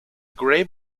gray